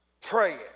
praying